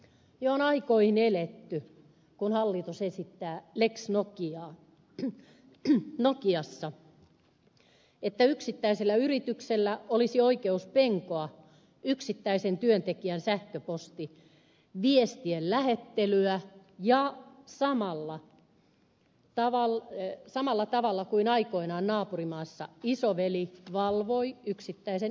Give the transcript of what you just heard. jo on aikoihin eletty kun hallitus esittää lex nokiassa että yksittäisellä yrityksellä olisi oikeus penkoa yksittäisen työntekijän sähköpostiviestien lähettelyä samalla tavalla kuin aikoinaan naapurimaassa isoveli valvoi yksittäisen ihmisen toimia